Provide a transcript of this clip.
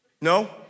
No